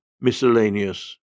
Miscellaneous